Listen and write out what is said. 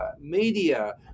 media